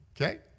Okay